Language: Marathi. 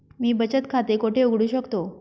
मी बचत खाते कोठे उघडू शकतो?